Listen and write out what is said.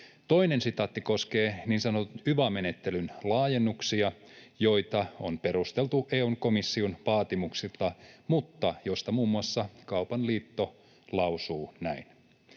Toinen sitaatti koskee niin sanotun yva-menettelyn laajennuksia, joita on perusteltu EU:n komission vaatimuksilla mutta joista muun muassa Kaupan liitto lausuu näin: